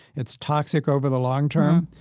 it's toxic over the long term.